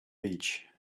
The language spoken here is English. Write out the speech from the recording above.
beach